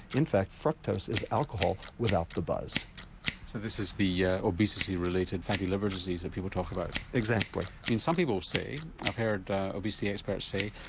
in fact fructose is alcohol without the buzz. so this is the yeah obesity related fatty liver disease that people talk about? exactly. some people say, i've heard obesity experts say,